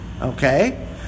Okay